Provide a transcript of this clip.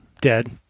Dead